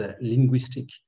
linguistic